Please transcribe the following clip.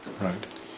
right